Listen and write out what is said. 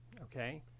Okay